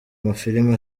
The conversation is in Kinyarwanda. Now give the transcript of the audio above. mafilimi